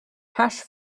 hash